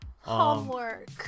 Homework